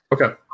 okay